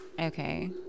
Okay